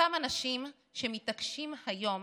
אותם אנשים שמתעקשים היום